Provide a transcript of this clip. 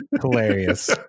hilarious